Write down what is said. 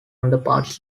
underparts